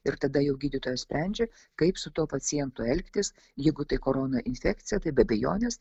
ir tada jau gydytojas sprendžia kaip su tuo pacientu elgtis jeigu tai korona infekcija tai be abejonės